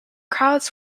crowds